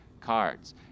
cards